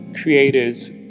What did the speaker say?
creators